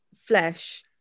flesh